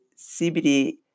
CBD